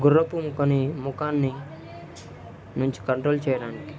గుర్రపు ముఖని ముఖాన్ని నుంచి కంట్రోల్ చెయ్యడానికి